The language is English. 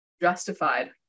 justified